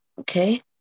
Okay